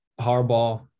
Harbaugh